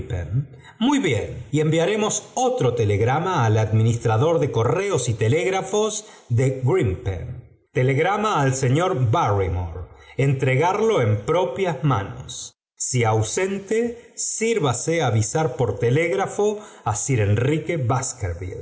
muy bien y enviaremos otro telegraj ma al administrador de correos y telégrafos de grimpen telegrama al señor barrymore entre garlo en propia manos si ausente sírvase avit sar por telégrafo á sir enrique